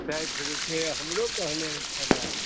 साठि रुपिए हमरो कहले छल